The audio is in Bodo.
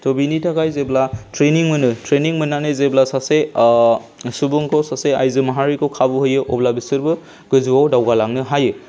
त' बिनि थाखाय जेब्ला ट्रेनिं मोनो ट्रेनिं मोननानै जेब्ला सासे सुबुंखौ सासे आइजो माहारिखौ खाबु होयो अब्ला बिसोरबो गोजौआव दावगालांनो हायो